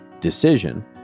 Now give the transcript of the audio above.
decision